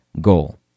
goal